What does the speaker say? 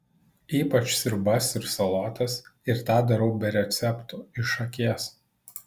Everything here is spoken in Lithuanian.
ypač sriubas ir salotas ir tą darau be receptų iš akies